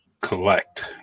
collect